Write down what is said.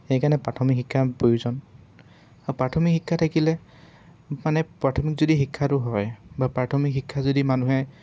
সেইকাৰণে প্ৰাথমিক শিক্ষাৰ প্ৰয়োজন আৰু প্ৰাথমিক শিক্ষা থাকিলে মানে প্ৰাথমিক যদি শিক্ষাটো হয় বা প্ৰাথমিক শিক্ষা যদি মানুহে